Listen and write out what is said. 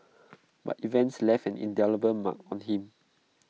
but events left an indelible mark on him